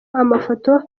amafoto